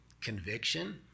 Conviction